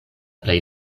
plej